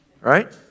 right